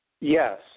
Yes